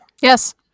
Yes